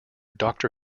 doctor